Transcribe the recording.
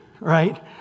right